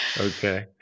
okay